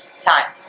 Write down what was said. Time